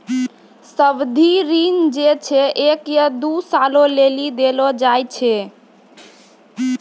सावधि ऋण जे छै एक या दु सालो लेली देलो जाय छै